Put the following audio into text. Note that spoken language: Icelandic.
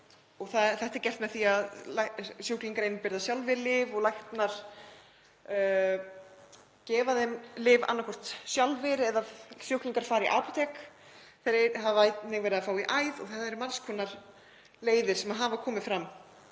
Þetta er gert með því að sjúklingar innbyrða sjálfir lyf, læknar gefa þeim lyf annaðhvort sjálfir eða sjúklingar fara í apótek. Þeir hafa einnig verið að fá lyf í æð og það eru margs konar leiðir sem hafa komið fram